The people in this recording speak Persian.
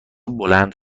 بلند